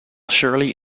shirley